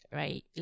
right